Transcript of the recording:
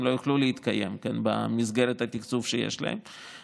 הן לא יוכלו להתקיים במסגרת התקצוב שיש להן,